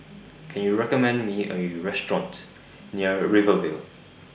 Can YOU recommend Me A U Restaurant near Rivervale